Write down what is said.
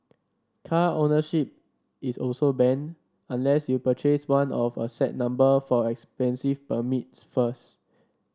car ownership is also banned unless you purchase one of a set number for expensive permits first